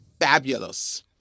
fabulous